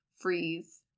freeze